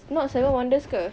not seven wonders ke